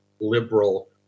liberal